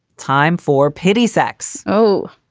time for pity sex oh,